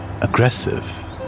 aggressive